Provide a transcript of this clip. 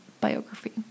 biography